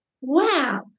wow